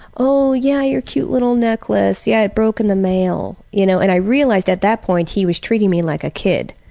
oh, yeah, your cute little necklace. yeah, it broke in the mail. you know, and i realized at that point he was treating me like a kid,